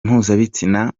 mpuzabitsina